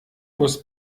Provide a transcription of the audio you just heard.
muss